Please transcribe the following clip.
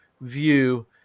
view